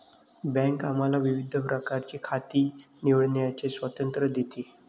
bank आम्हाला विविध प्रकारची खाती निवडण्याचे स्वातंत्र्य देते